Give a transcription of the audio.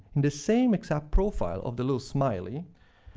and the same exact profile of the little smiley,